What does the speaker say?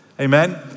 Amen